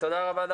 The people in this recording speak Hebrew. תודה רבה.